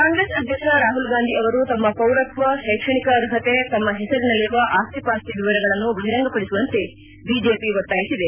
ಕಾಂಗ್ರೆಸ್ ಅಧ್ಯಕ್ಷ ರಾಹುಲ್ ಗಾಂಧಿ ಅವರು ತಮ್ಮ ಪೌರತ್ವ ಶೈಕ್ಷಣಿಕ ಅರ್ಹತೆ ತಮ್ಮ ಹೆಸರಿನಲ್ಲಿರುವ ಆಸ್ತಿ ಪಾಸ್ತಿ ವಿವರಗಳನ್ನು ಬಹಿರಂಗಪಡಿಸುವಂತೆ ಬಿಜೆಪಿ ಒತ್ತಾಯಿಸಿದೆ